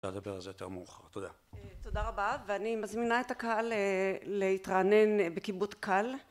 נדבר על זה יותר מאוחר תודה. תודה רבה ואני מזמינה את הקהל להתרענן בכיבוד קל